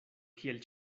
kiel